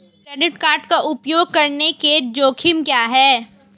Credit card का उपयोग करने के जोखिम क्या हैं?